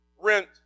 rent